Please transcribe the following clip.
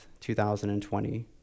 2020